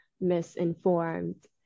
misinformed